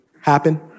happen